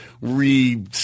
re